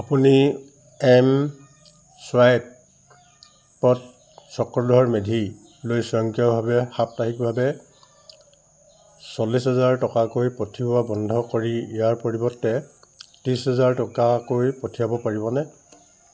আপুনি এম চুৱাইপত চক্ৰধৰ মেধিলৈ স্বয়ংক্ৰিয়ভাৱে সাপ্তাহিকভাৱে চল্লিছ হাজাৰ টকাকৈ পঠিওৱা বন্ধ কৰি ইয়াৰ পৰিৱৰ্তে ত্ৰিছ হাজাৰ টকাকৈ পঠিয়াব পাৰিবনে